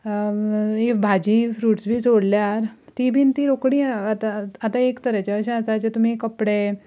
भाजी फ्रूट्स बी सोडल्यार ती बी ती रोखडी आतां एक तरेचें अशें आसा जे तुमी कपडे